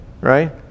right